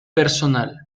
personal